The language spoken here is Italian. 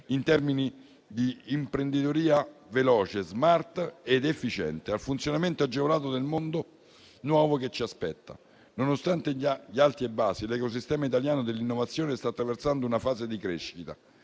in termini di imprenditoria veloce, *smart* ed efficiente, al funzionamento agevolato del mondo nuovo che ci aspetta. Nonostante gli alti e bassi, l'ecosistema italiano dell'innovazione sta attraversando una fase di crescita.